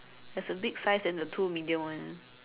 there's a big size and a two medium one